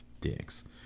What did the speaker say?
dicks